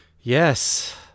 yes